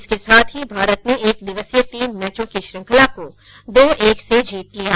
इसके साथ ही भारत ने एक दिवसीय तीन मैचों की श्रृंखला को दो एक से जीत लिया